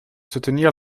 soutenir